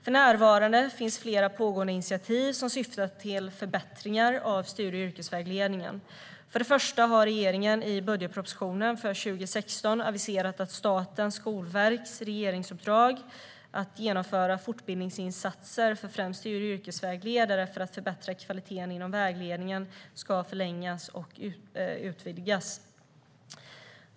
För närvarande finns flera pågående initiativ som syftar till förbättringar av studie och yrkesvägledningen. För det första har regeringen i budgetpropositionen för 2016 aviserat att Statens skolverks regeringsuppdrag att genomföra fortbildningsinsatser för främst studie och yrkesvägledare för att förbättra kvaliteten inom vägledningen ska förlängas och utvidgas.